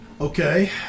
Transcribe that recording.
Okay